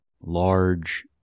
large